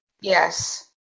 Yes